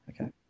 Okay